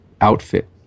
outfit